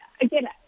again